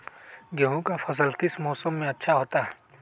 गेंहू का फसल किस मौसम में अच्छा होता है?